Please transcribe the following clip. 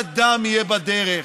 הזה.